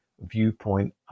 viewpoint